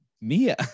Mia